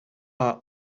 are